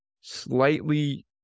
slightly